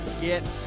get